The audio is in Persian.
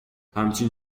همچنین